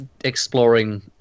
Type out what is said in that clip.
exploring